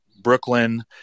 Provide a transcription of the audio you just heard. Brooklyn